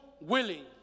willing